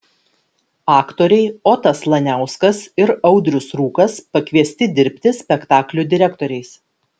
aktoriai otas laniauskas ir audrius rūkas pakviesti dirbti spektaklių direktoriais